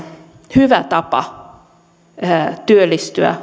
hyvä tapa työllistyä